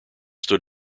stood